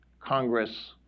Congress